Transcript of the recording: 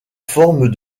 forme